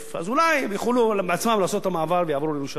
אז אולי הם יוכלו בעצמם לעשות את המעבר ולעבור לירושלים.